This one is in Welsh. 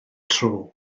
tro